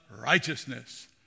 righteousness